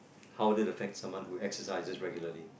how would it affect someone who exercises regularly